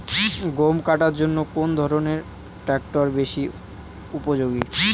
গম কাটার জন্য কোন ধরণের ট্রাক্টর বেশি উপযোগী?